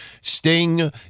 Sting